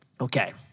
Okay